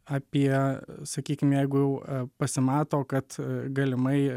apie sakykim jeigu jau pasimato kad galimai